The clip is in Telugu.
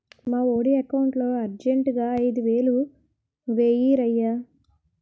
మావోడి ఎకౌంటులో అర్జెంటుగా ఐదువేలు వేయిరయ్య